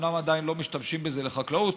אומנם עדיין לא משתמשים בזה לחקלאות,